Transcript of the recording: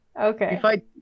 Okay